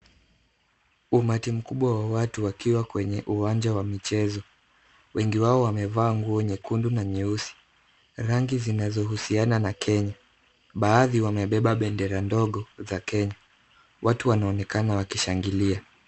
Umati mkubwa wa watu wakiwa kwenye uwanja wa michezo. Wengi wao wamevaa nguo nyekundu na nyeusi, rangi zinazohusiana na Kenya. Baadhi wamebeba bendera ndogo za Kenya. Watu wanaonekana wakishangilia.